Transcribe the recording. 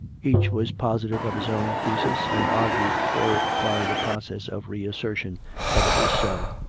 each was positive of his own thesis, and argued for it by the process of re-assertion that it was so,